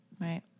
Right